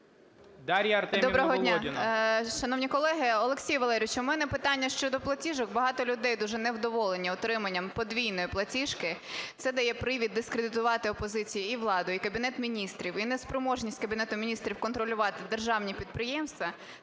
Дар'я Артемівна Володіна.